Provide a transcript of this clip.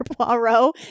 Poirot